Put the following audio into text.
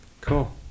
Cool